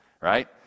right